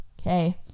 okay